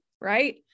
right